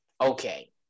okay